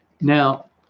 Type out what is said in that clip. Now